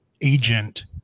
agent